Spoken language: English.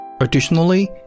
Additionally